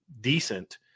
decent